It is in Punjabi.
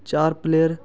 ਚਾਰ ਪਲੇਅਰ